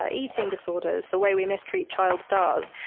ah eating disorders, the way we mistreat child stars.